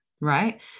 right